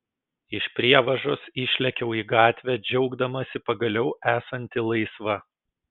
iš prievažos išlėkiau į gatvę džiaugdamasi pagaliau esanti laisva